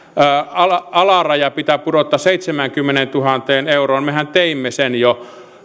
alaraja pitää pudottaa seitsemäänkymmeneentuhanteen euroon mehän teimme sen jo